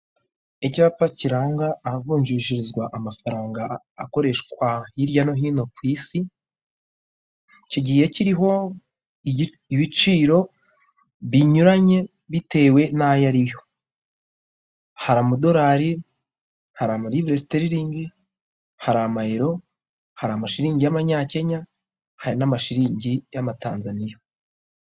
Icyapa kiranga ahavunjishirizwa amafaranga akoreshwa hirya no hino ku isi, kigiye kiriho ibiciro binyuranye bitewe n'ayo ariyo, hari amadolari, hari amarivesiteriningi, hari amayero, hari amashiringi y'amanyakenya, hari n'amashiriningi y'amanyatanzaniya.